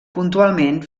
puntualment